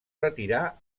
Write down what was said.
retirà